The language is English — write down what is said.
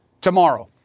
tomorrow